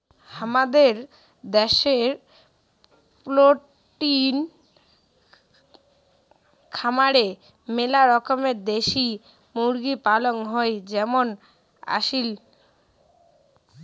হামাদের দ্যাশে পোলট্রি খামারে মেলা রকমের দেশি মুরগি পালন হই যেমন আসিল